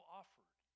offered